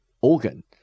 organ